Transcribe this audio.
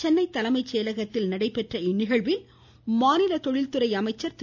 சென்னை தலைமை செயலகத்தில் நடைபெற்ற இந்நிகழ்ச்சியில் மாநில தொழில்துறை அமைச்சர் திரு